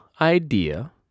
idea